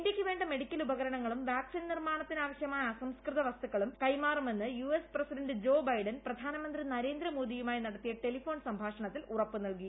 ഇന്ത്യയ്ക്ക് വേണ്ട മെഡിക്കൽ ഉപകരണ ങ്ങളും വാക്സിൻ നിർമാണത്തിനാവശ്യമായ അസംസ്കൃത വസ്തു ക്കളും കൈമാറുമെന്ന് യുഎസ് പ്രസിഡന്റ് ജോ ബൈഡൻ പ്രധാന മന്ത്രി നരേന്ദ്ര മോദിയുമായി നടത്തിയ ടെലിഫോൺ സംഭാഷണത്തിൽ ഉറപ്പു നൽകി